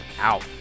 out